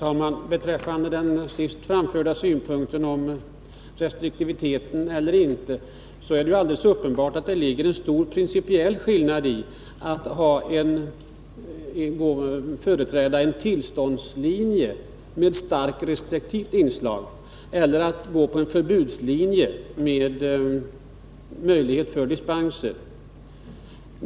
Fru talman! Beträffande den senast framförda synpunkten, om det skall vara restriktivitet eller inte, så är det alldeles uppenbart att det är en stor principiell skillnad mellan att företräda en tillståndslinje med starkt restriktiva inslag och att företräda en förbudslinje med möjligheter till dispenser.